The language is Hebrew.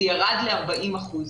זה ירד ל-40 אחוזים.